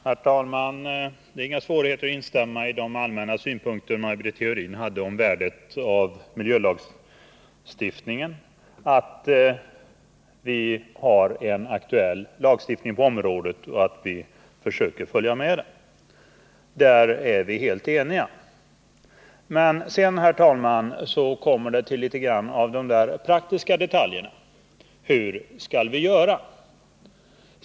Herr talman! Det är inte svårt att instämma i Maj Britt Theorins allmänna synpunkter om värdet av miljölagstiftningen, att vi har en aktuell lagstiftning på området och att vi bör söka hålla oss till den. Där är vi helt eniga. Men sedan kommer man, herr talman, till de där praktiska detaljerna. Hur skall vi göra?